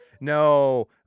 No